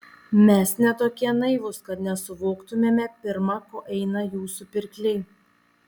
mes ne tokie naivūs kad nesuvoktumėme pirma ko eina jūsų pirkliai